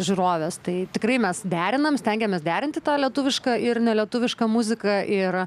žiūrovės tai tikrai mes derinam stengiamės derinti tą lietuvišką ir nelietuvišką muziką ir